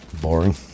Boring